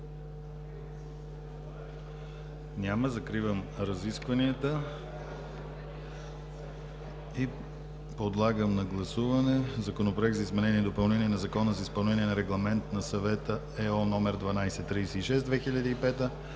Няма. Закривам разискванията. Подлагам на гласуване Законопроекта за изменение и допълнение на Закона за изпълнение на Регламент на Съвета(ЕО) № 1236/2005